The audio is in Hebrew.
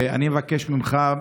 ואני מבקש ממך,